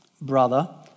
brother